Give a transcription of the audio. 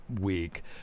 week